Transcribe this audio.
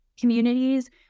communities